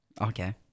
Okay